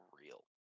real